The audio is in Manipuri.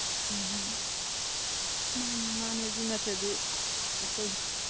ꯎꯝ ꯃꯥꯅꯦ ꯑꯗꯨ ꯅꯠꯇ꯭ꯔꯗꯤ ꯑꯩꯈꯣꯏ